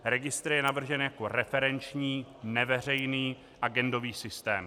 Registr je navržen jako referenční neveřejný agendový systém.